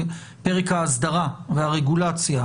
פרק ההסדרה והרגולציה.